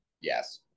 Yes